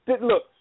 look